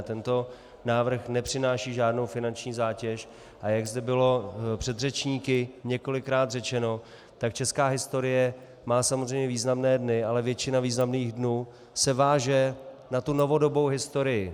Tento návrh nepřináší žádnou finanční zátěž, a jak zde bylo předřečníky několikrát řečeno, tak česká historie má samozřejmě významné dny, ale většina významných dnů se váže na novodobou historii.